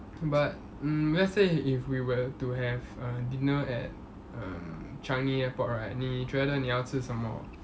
but mm let's say if we were to have err dinner at um changi airport right 你觉得你要吃什么